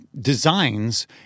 designs